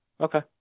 okay